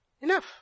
Enough